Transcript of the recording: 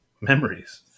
memories